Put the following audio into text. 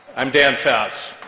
i'm dan fouts.